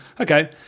okay